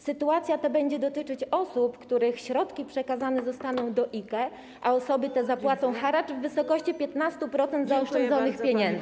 Sytuacja ta będzie dotyczyć osób, których środki przekazane zostaną do IKE, a osoby te zapłacą haracz w wysokości 15% zaoszczędzonych pieniędzy.